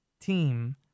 team